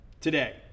today